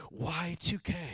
Y2K